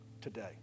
today